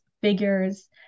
figures